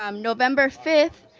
um november five,